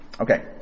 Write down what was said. okay